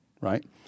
right